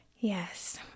Yes